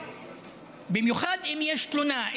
במיוחד אם יש תלונה,